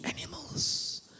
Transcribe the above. animals